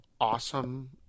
awesome